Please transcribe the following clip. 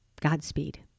Godspeed